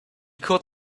could